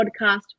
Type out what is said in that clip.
podcast